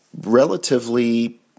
relatively